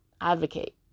advocate